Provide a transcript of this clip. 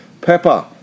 Pepper